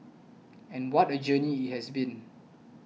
and what a journey it has been